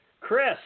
Chris